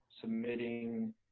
submitting